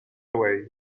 away